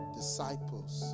disciples